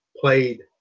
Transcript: played